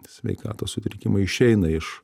sveikatos sutrikimai išeina iš